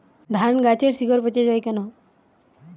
ধানগাছের শিকড় পচে য়ায় কেন?